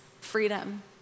freedom